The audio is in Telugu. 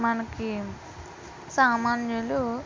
మనకి సామాన్యులు